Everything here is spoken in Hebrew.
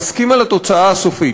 נסכים על התוצאה הסופית,